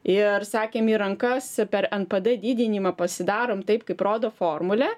ir sakėm į rankas per mpd didinimą pasidarom taip kaip rodo formulė